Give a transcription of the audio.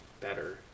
better